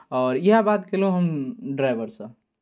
आओर इएह बात कयलहुँ हम ड्राइवरसँ